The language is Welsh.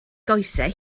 goesau